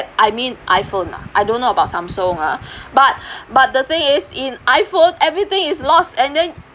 I mean iphone lah I don't know about samsung ah but but the thing is in iphone everything is lost and then